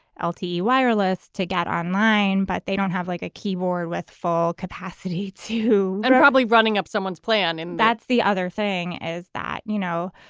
ah lte wireless to get online, but they don't have like a keyboard with full capacity too, and probably running up someone's plan. and that's the other thing is that, you know,